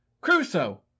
crusoe